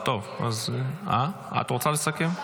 את רוצה לסכם?